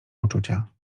uczucia